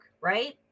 right